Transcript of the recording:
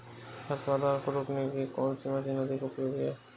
खरपतवार को रोकने के लिए कौन सी मशीन अधिक उपयोगी है?